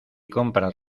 compras